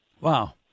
Wow